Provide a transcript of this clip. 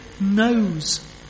knows